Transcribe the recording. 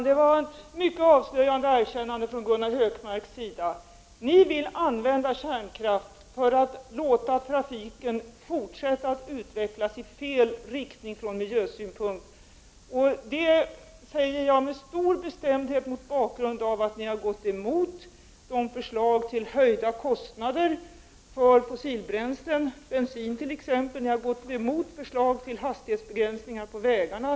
Herr talman! Detta var ett mycket avslöjande erkännande från Gunnar Hökmarks sida. Ni vill använda kärnkraft för att kunna låta trafiken fortsätta att utvecklas i fel riktning sett från miljösynpunkt. Jag säger detta med stor bestämdhet mot bakgrund av att ni har gått emot förslag till höjda kostnader för fossilbränslen, t.ex. bensin, och ni har gått emot förslag till hastighetsbegränsningar på vägarna.